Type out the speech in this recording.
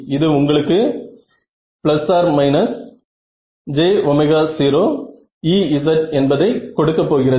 இது உங்களுக்கு j0Ez என்பதை கொடுக்க போகிறது